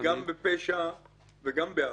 אני גם בפשע וגם בעוון.